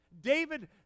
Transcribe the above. David